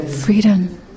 Freedom